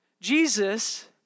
Jesus